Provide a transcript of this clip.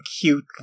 cute